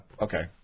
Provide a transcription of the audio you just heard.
okay